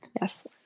Yes